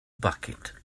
bucket